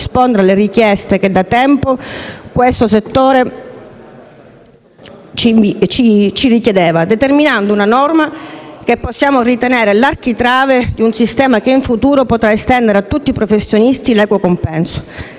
a rispondere alle richieste che da tempo questo settore ci avanzava, determinando una norma che possiamo ritenere l'architrave di un sistema che in futuro potrà estendere a tutti i professionisti l'equo compenso.